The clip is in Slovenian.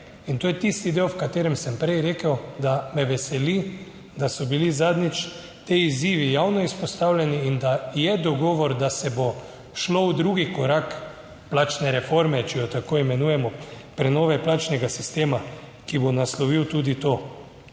in to je tisti del, o katerem sem prej rekel, da me veseli. Da so bili zadnjič ti izzivi javno izpostavljeni, in da je dogovor, da se bo šlo v drugi korak plačne reforme, če jo tako imenujemo, prenove plačnega sistema, ki bo naslovil tudi to,